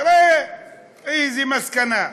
תראה איזו מסקנה.